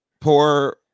poor